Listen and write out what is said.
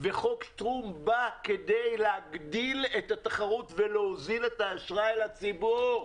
וחוק שטרום בא כדי להגדיל את התחרות ולהוזיל את האשראי לציבור.